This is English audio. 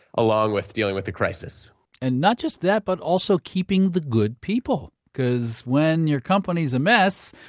along with dealing with the crisis and not just that, but also keeping the good people. because when your company is a mess,